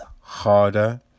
harder